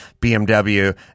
BMW